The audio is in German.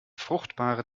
fruchtbare